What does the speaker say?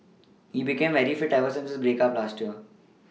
he became very fit ever since his break up last year